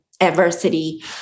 adversity